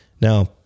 Now